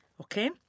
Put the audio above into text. Okay